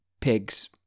Pigs